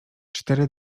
cztery